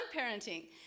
parenting